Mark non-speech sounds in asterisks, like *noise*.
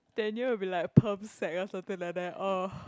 Daniel will be like or something like that *noise*